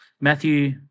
Matthew